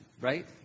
Right